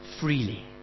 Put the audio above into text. freely